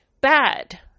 bad